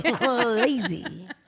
Lazy